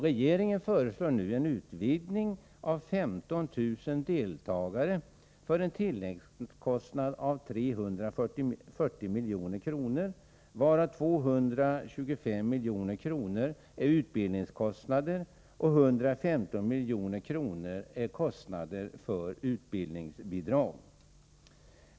Regeringen föreslår nu en utvidgning med 15 000 deltagare för en tilläggskostnad av 340 milj.kr., varav 225 milj.kr. är utbildningskostnader och 115 milj.kr. kostnader för utbildningsbidrag.